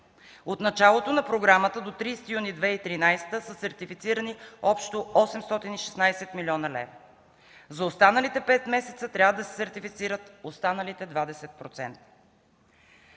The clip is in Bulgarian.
От началото на програмата до 30 юни 2013 г. са сертифицирани общо 816 млн. лв. За останалите пет месеца трябва да се сертифицират останалите 20%.